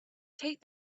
take